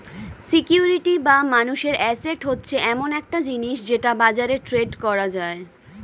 security বা মানুষের asset হচ্ছে এমন একটা জিনিস যেটা বাজারে ট্রেড করা যায়